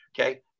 Okay